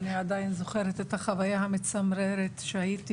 אני עדיין זוכרת את החוויה המצמררת שהייתי